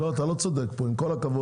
לא, תסלח לי, אתה לא צודק פה עם כל הכבוד